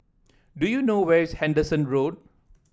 do you know where is Henderson Road